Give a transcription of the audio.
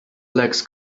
legs